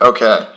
Okay